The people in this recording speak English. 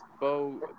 Bo